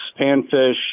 panfish